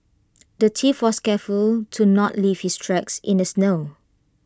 the thief was careful to not leave his tracks in the snow